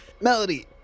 Melody